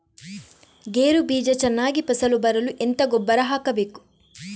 ಗೇರು ಬೀಜ ಚೆನ್ನಾಗಿ ಫಸಲು ಬರಲು ಎಂತ ಗೊಬ್ಬರ ಹಾಕಬೇಕು?